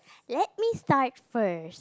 let me start first